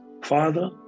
Father